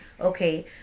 okay